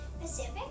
Pacific